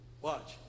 Watch